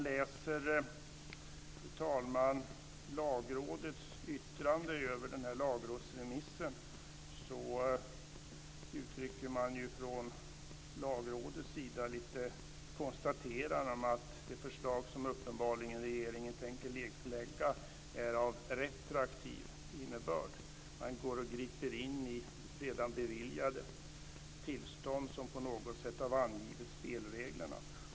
Jag har läst Lagrådets yttrande över lagrådsremissen. Lagrådet konstaterar att det förslag som regeringen uppenbarligen tänker lägga fram är av retroaktiv innebörd. Man ingriper i redan beviljade tillstånd som på något sätt har angivit spelreglerna.